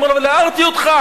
אני אומר לו: אבל הערתי אותך,